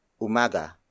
Umaga